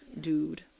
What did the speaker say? dude